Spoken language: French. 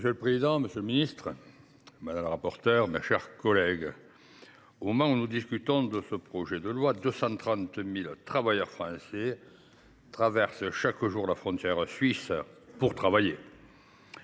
Monsieur le président, monsieur le ministre, mes chers collègues, au moment où nous discutons de ce projet de loi, 230 000 travailleurs français traversent chaque jour la frontière suisse pour travailler,